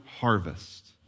harvest